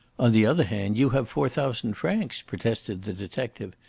on the other hand you have four thousand francs, protested the detective.